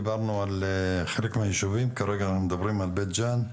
דיברנו על חלק מהישובים וכרגע אנחנו מדברים על בית ג'ן,